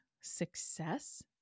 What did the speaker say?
success